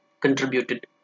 contributed